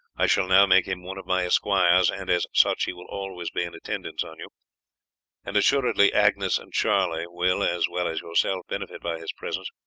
i shall now make him one of my esquires, and as such he will always be in attendance on you and assuredly agnes and charlie will, as well as yourself, benefit by his presence.